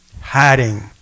hiding